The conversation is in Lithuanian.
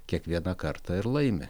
kiekvieną kartą ir laimi